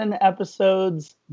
episodes